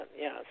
Yes